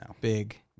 big